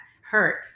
hurt